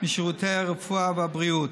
משירותי הרפואה והבריאות.